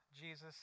Jesus